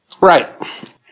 Right